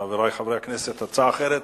חברי חברי הכנסת, הצעה אחרת